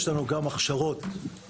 יש לנו גם הכשרות משותפות.